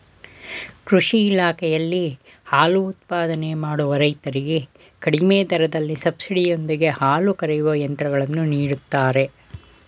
ಕೃಷಿ ಇಲಾಖೆಯಲ್ಲಿ ಹಾಲು ಉತ್ಪಾದನೆ ಮಾಡುವ ರೈತರಿಗೆ ಕಡಿಮೆ ದರದಲ್ಲಿ ಸಬ್ಸಿಡಿ ಯೊಂದಿಗೆ ಹಾಲು ಕರೆಯುವ ಯಂತ್ರಗಳನ್ನು ನೀಡುತ್ತಾರೆ